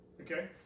okay